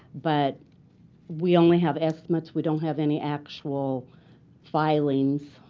but we only have estimates. we don't have any actual filings.